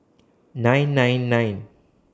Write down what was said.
nine nine nine